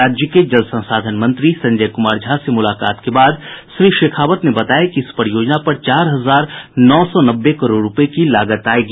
राज्य क जल संसाधन मंत्री संजय कुमार झा से मुलाकात के बाद श्री शेखाावत ने बताया कि इस परियोजना पर चार हजार नौ सौ नब्बे करोड़ रूपये की लागत आयेगी